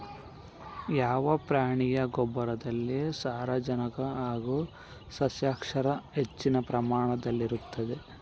ಯಾವ ಪ್ರಾಣಿಯ ಗೊಬ್ಬರದಲ್ಲಿ ಸಾರಜನಕ ಹಾಗೂ ಸಸ್ಯಕ್ಷಾರ ಹೆಚ್ಚಿನ ಪ್ರಮಾಣದಲ್ಲಿರುತ್ತದೆ?